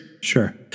Sure